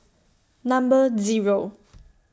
Number Zero